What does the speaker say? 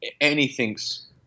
anything's